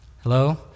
hello